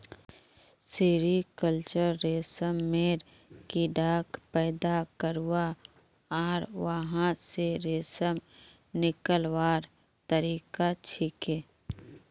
sericulture रेशमेर कीड़ाक पैदा करवा आर वहा स रेशम निकलव्वार तरिका छिके